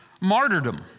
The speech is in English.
martyrdom